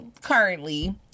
currently